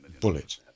Bullet